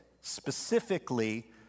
specifically